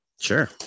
Sure